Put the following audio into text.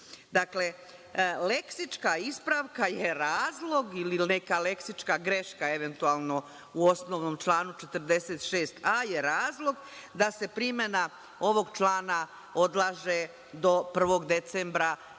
smešno. Dakle, leksička ispravka je razlog ili neka leksička greška eventualno u osnovnom članu 46a je razlog da se primena ovog člana odlaže do 1. decembra